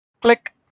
Click